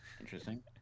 Interesting